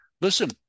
Listen